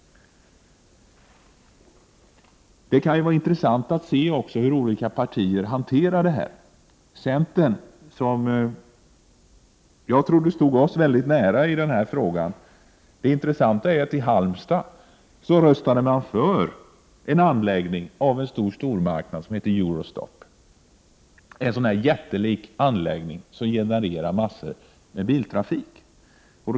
Det kan också vara intressant att se hur olika partier hanterar detta. Det tänkvärda är att centern, som jag trodde stod oss mycket nära i denna fråga, i Halmstad röstade för anläggning av en stormarknad som heter Eurostop, en jättelik anläggning som genererar mängder av biltrafik.